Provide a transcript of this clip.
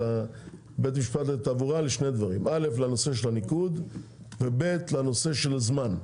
בית משפט לתעבורה לנושא של הניקוד ולנושא של הזמן.